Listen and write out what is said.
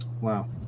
Wow